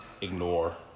ignore